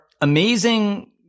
amazing